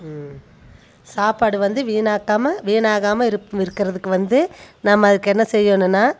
சாப்பாடு வந்து வீணாக்காமல் வீணாகாமல் இருப் இருக்கிறதுக்கு வந்து நம்ம அதுக்கு என்ன செய்யணுனா